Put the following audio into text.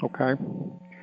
okay